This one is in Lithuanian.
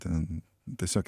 ten tiesiog